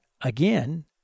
again